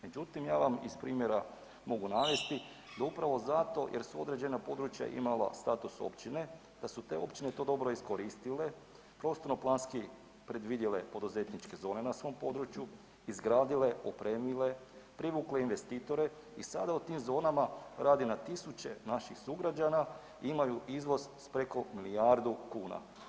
Međutim, ja vam iz primjera mogu navesti da upravo zato jer su određena područja imala status općine, da su te općine to dobro iskoristile, prostorno planski predvidjele poduzetničke zone na svom području, izgradile, opremile, privukle investitore i sada u tim zonama radi na tisuće naših sugrađana i imaju izvoz s preko milijardu kuna.